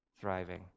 thriving